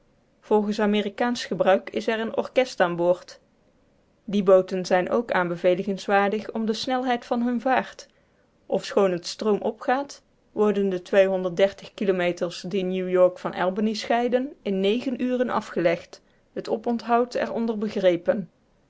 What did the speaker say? volgens amerikaansch gebruik is er een orkest aan boord die booten zijn ook aanbevelenswaardig om de snelheid van hunne vaart ofschoon het stroomop gaat worden de kilometers die new-york van albany scheiden in negen uren afgelegd het oponthoud er onder begrepen